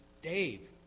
Dave